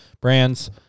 brands